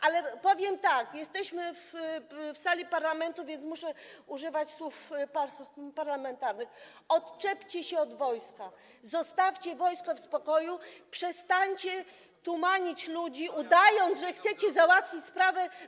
Ale powiem tak - jesteśmy w sali parlamentu, więc muszę używać słów parlamentarnych - odczepcie się od wojska, zostawcie wojsko w spokoju, przestańcie tumanić ludzi, udając, że chcecie załatwić sprawę.